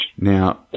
Now